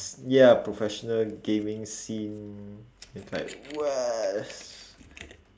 ya professional gaming scene is like what s~